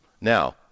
Now